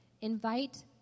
invite